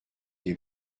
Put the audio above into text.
des